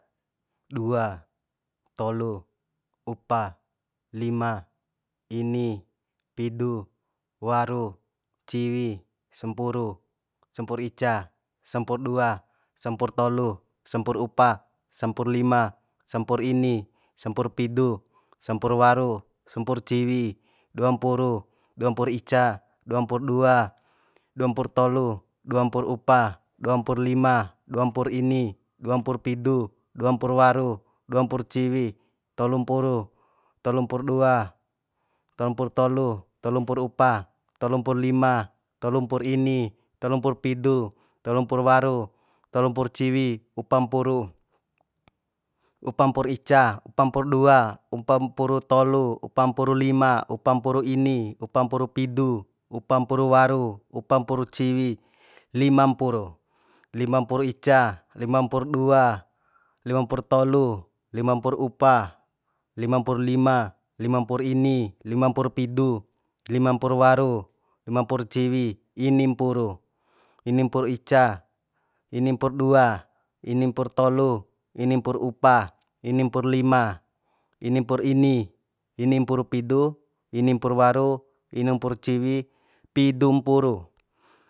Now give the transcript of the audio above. Dua tolu upa lima ini pidu waru ciwi sampuru sampur ica sampur dua sampur tolu sampur upa sampur lima sampur ini sampur pidu sampur waru sampur ciwi dua mpuru dua mpur ica dua mpur dua dua mpur tolu dua mpur upa dua mpur lima dua mpur ini dua mpur pidu dua mpur waru dua mpur ciwi tolu mpuru tolu mpur ica tolu mpur dua tolu mpur tolu tolu mpur upa tolu mpur lima tolu mpur ini tolu mpur pidu tolu mpur waru tolu mpur ciwi upa mpuru upa mpur ica upa mpur dua upa mpuru tolu upa mpuru lima upa mpuru ini upa mpuru pidu upa mpuru waru upa mpuru ciwi lima mpuru lima mpur ica lima mpur dua lima mpur tolu lima mpur upa lima mpur lima lima mpur ini lima mpur pidu lima mpur waru lima mpur ciwi ini mpuru ini mpur ica ini mpur dua ini mpur tolu ini mpur upa ini mpur lima ini mpur ini ini mpur pidu ini mpur waru ini mpur ciwi pidu mpuru